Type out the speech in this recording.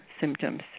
symptoms